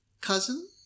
cousin